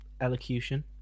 elocution